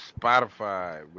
Spotify